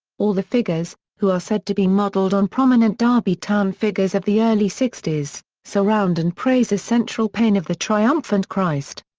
all the figures, who are said to be modelled on prominent derby town figures of the early sixties, surround and praise a central pane of the triumphant christ.